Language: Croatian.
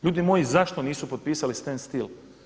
Ljudi moji zašto nisu potpisali standstill?